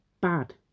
bad